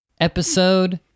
Episode